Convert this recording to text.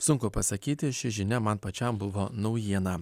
sunku pasakyti ši žinia man pačiam buvo naujiena